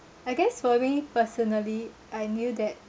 I guess for me personally I knew that